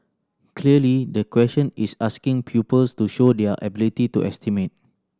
clearly the question is asking pupils to show their ability to estimate